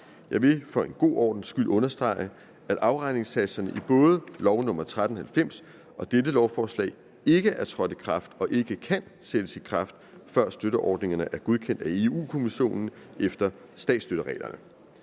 Jeg vil for god ordens skyld understrege, at afregningssatserne i både lov nr. 1390 og dette lovforslag ikke er trådt i kraft og ikke kan sættes i kraft, før støtteordningerne er godkendt af Europa-Kommissionen efter statsstøttereglerne.